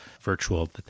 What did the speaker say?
virtual